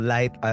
Light